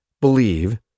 believe